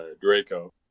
Draco